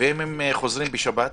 ואם הם חוזרים בשבת?